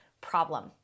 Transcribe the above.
problem